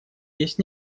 есть